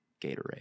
Gatorade